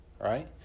right